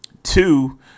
Two